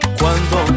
cuando